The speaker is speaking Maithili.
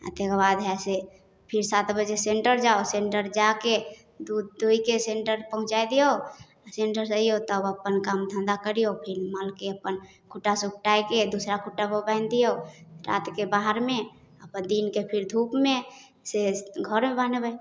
आओर ताहिके बाद हइ से फेर सात बजे सेन्टर जाउ आओर सेन्टर जाके दूध दुहिके सेन्टर पहुँचै दिऔ आओर सेन्टरसँ अइऔ तब अपन काम धन्धा करिऔ फेर मालके अपन खुट्टासँ उपटैके दोसर खुट्टापर बान्हि दिऔ रातिके बाहरमे अपन दिनके फेर धूपमेसँ घरमे बान्हबै